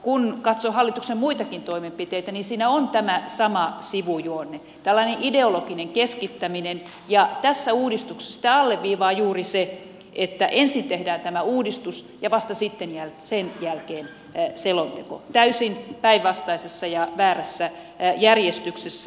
kun katsoo hallituksen muitakin toimenpiteitä niin siinä on tämä sama sivujuonne tällainen ideologinen keskittäminen ja tässä uudistuksessa sitä alleviivaa juuri se että ensin tehdään tämä uudistus ja vasta sitten sen jälkeen selonteko täysin päinvastaisessa ja väärässä järjestyksessä